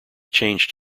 changed